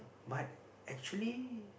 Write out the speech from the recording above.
but actually